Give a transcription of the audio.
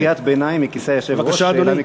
אפשר קריאת ביניים מכיסא היושב-ראש?